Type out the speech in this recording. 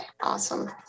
awesome